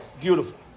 beautiful